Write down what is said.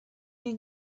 you